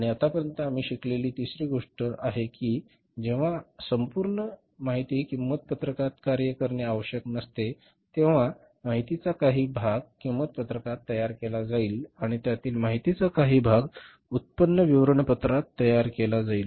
आणि आतापर्यंत आम्ही शिकलेली तिसरी गोष्ट ही आहे की जेव्हा संपूर्ण माहिती किंमत पत्रकात कार्य करणे आवश्यक नसते तेव्हा माहितीचा काही भाग किंमत पत्रकात तयार केला जाईल आणि त्यातील माहितीचा काही भाग उत्पन्न विवरणात तयार केला जाईल